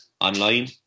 online